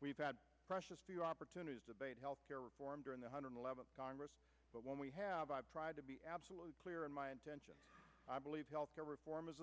we've had precious few opportunities health care reform during the hundred eleventh congress but when we have i've tried to be absolutely clear in my intention i believe health care reform is